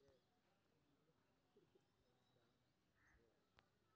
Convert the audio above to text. गेहूँ के सिंचाई लेल खर मारे के लेल कोन सिंचाई करे ल नीक रहैत?